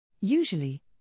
Usually